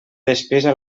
despesa